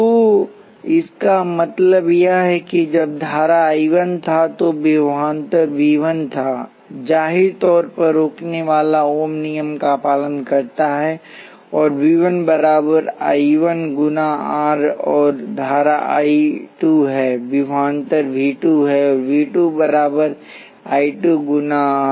तो इसका मतलब यह है कि जबधारा I 1 था तो विभवांतर V 1 था जाहिर तौर पर रोकनेवाला ओम नियम का पालन करता है और V 1 बराबर I 1 गुना R औरधारा I 2 है विभवांतर V 2 है और V 2 बराबर I 2 गुना आर